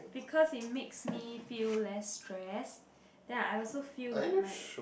because it makes me feel less stress then I also feel like my